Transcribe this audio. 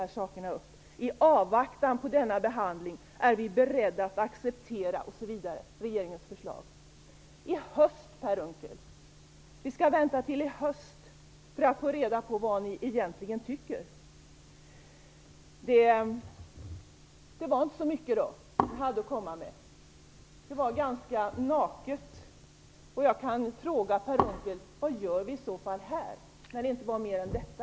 I avvaktan på denna behandling är man beredd att acceptera regeringens förslag osv. I höst, Per Unckel. Vi skall vänta till i höst för att få reda på vad ni egentligen tycker. Det var alltså inte så mycket som ni hade att komma med. Det var ganska naket. Jag vill fråga Per Unckel: Vad gör vi då här, när det inte gällde mer än detta?